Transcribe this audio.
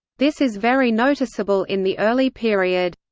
this is very noticeable in the early period.